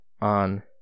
on